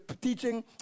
teaching